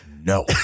no